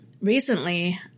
recently